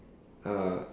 uh